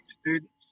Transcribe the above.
students